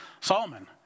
Solomon